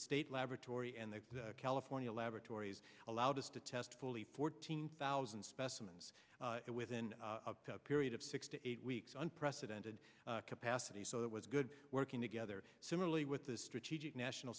state laboratory and the california laboratories allowed us to test fully fourteen thousand specimens within a period of six to eight weeks unprecedented capacity so it was good working together similarly with the strategic national